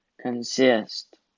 consist